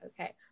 Okay